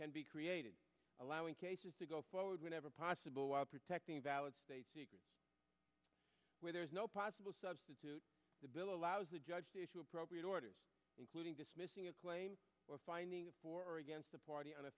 can be created allowing cases to go forward whenever possible while protecting valid states where there is no possible substitute the bill allows the judge to issue appropriate orders including dismissing a claim or finding for or against a party on a